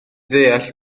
deall